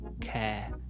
care